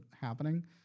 happening